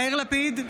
יאיר לפיד,